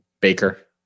baker